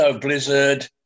Blizzard